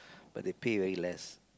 but they pay very less